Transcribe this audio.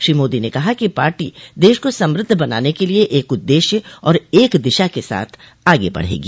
श्री मोदी ने कहा कि पार्टी देश को समृद्ध बनाने के लिए एक उद्देश्य और एक दिशा के साथ आगे बढ़ेगी